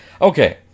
Okay